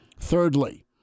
Thirdly